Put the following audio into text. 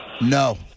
No